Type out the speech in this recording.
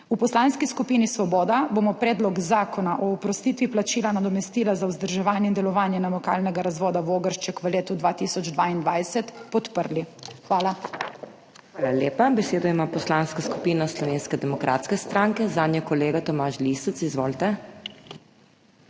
V Poslanski skupini Svoboda bomo Predlog zakona o oprostitvi plačila nadomestila za vzdrževanje in delovanje namakalnega razvoda Vogršček v letu 2022 podprli. Hvala. PODPREDSEDNICA MAG. MEIRA HOT: Hvala lepa. Besedo ima Poslanska skupina Slovenske demokratske stranke, zanjo kolega Tomaž Lisec. Izvolite.